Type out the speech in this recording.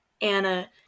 Anna